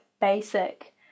basic